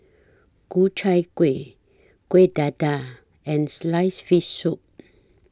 Ku Chai Kueh Kueh Dadar and Sliced Fish Soup